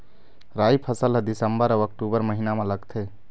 राई फसल हा सितंबर अऊ अक्टूबर महीना मा लगथे